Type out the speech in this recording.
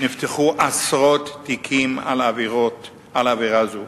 נפתחו עשרות תיקים על עבירה זו.